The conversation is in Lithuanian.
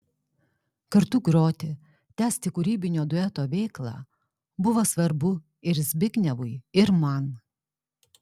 kartu groti tęsti kūrybinio dueto veiklą buvo svarbu ir zbignevui ir man